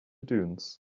dunes